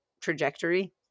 trajectory